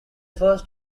first